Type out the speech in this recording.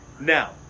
Now